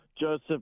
Joseph